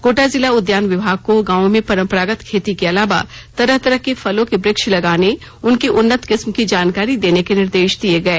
गोड्डा जिला उद्यान विभाग को गांवों में परंपरागत खेती के अलावा तरह तरह के फलों के वृक्ष लगाने उनकी उन्नत किस्म की जानकारी देने के निर्देश दिये गये